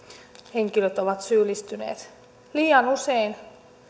henkilöt ovat syyllistyneet liian usein